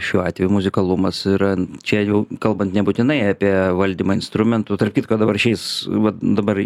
šiuo atveju muzikalumas yra čia jau kalbant nebūtinai apie valdymą instrumentų tarp kitko dabar šiais vat dabar